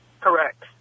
Correct